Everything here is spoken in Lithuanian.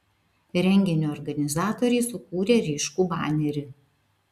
renginio organizatoriai sukūrė ryškų banerį